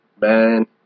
man